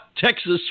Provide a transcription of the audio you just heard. Texas